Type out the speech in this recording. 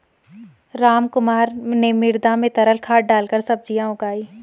रामकुमार ने मृदा में तरल खाद डालकर सब्जियां उगाई